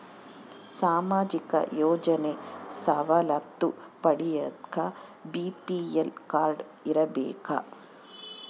ಸಾಮಾಜಿಕ ಯೋಜನೆ ಸವಲತ್ತು ಪಡಿಯಾಕ ಬಿ.ಪಿ.ಎಲ್ ಕಾಡ್೯ ಇರಬೇಕಾ?